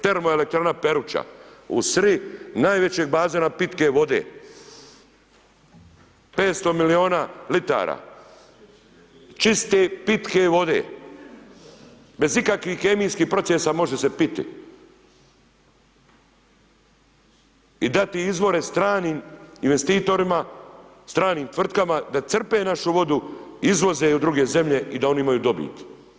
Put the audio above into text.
Termoelektrana Peruča, u sri najvećeg bazena pitke vode, 500 milijuna litara, čiste pitke vode, bez ikakvih kemijskih procesa, može se piti i dati izvore stranim investitorima, stranim tvrtkama da crpe našu vodu, izvoze ju u druge zemlje i da oni imaju dobit.